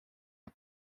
are